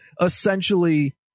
essentially